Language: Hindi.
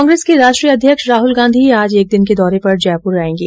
कांग्रेस के राष्ट्रीय अध्यक्ष राहुल गांधी आज एक दिन के दौरे पर जयपुर आएंगे